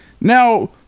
Now